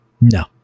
No